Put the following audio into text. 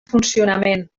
funcionament